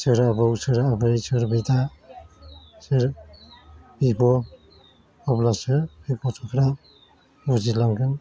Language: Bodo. सोर आबौ सोर आबै सोर बिदा सोर बिब' अब्लासो बे गथ'फ्रा बुजिलांगोन